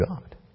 God